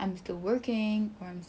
saya rasa pasal dengan